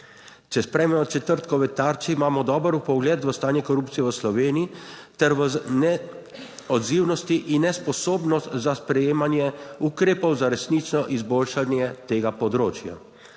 Če spremljamo četrtkove Tarči, imamo dober vpogled v stanje korupcije v Sloveniji ter v neodzivnosti in nesposobnost za sprejemanje ukrepov za resnično izboljšanje tega področja.